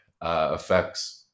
affects